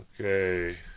Okay